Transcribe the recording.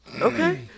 okay